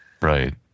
Right